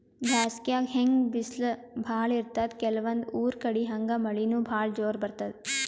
ಬ್ಯಾಸ್ಗ್ಯಾಗ್ ಹೆಂಗ್ ಬಿಸ್ಲ್ ಭಾಳ್ ಇರ್ತದ್ ಕೆಲವಂದ್ ಊರ್ ಕಡಿ ಹಂಗೆ ಮಳಿನೂ ಭಾಳ್ ಜೋರ್ ಬರ್ತದ್